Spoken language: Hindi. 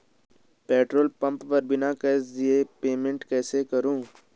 पेट्रोल पंप पर बिना कैश दिए पेमेंट कैसे करूँ?